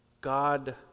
God